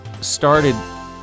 started